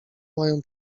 mają